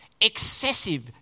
Excessive